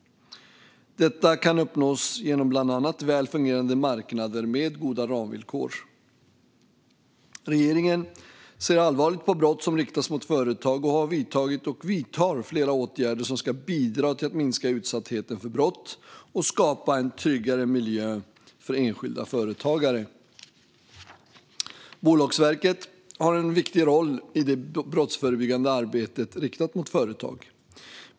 Detta kan uppnås genom bland annat väl fungerande marknader med goda ramvillkor. Regeringen ser allvarligt på brott som riktas mot företag och har vidtagit och vidtar flera åtgärder som ska bidra till att minska utsattheten för brott och skapa en tryggare miljö för enskilda företagare. Bolagsverket har en viktig roll i det brottsförebyggande arbetet riktat mot företag.